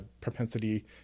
propensity